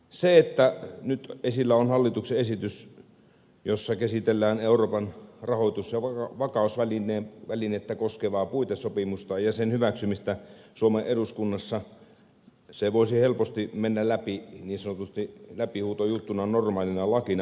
se että nyt esillä on hallituksen esitys jossa käsitellään euroopan rahoitus ja vakausvälinettä koskevaa puitesopimusta ja sen hyväksymistä suomen eduskunnassa voisi helposti mennä läpi niin sanotusti läpihuutojuttuna normaalina lakina